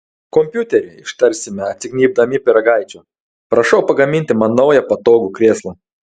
kompiuteri ištarsime atsignybdami pyragaičio prašau pagaminti man naują patogų krėslą